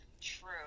True